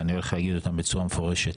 ואני הולך להגיד אותם בצורה מפורשת.